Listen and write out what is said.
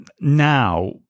now